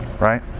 right